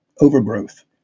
overgrowth